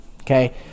okay